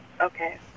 Okay